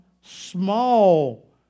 small